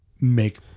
make